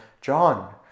John